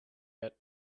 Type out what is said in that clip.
yet